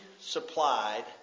supplied